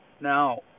Now